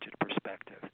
perspective